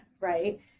right